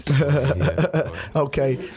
Okay